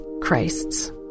Christs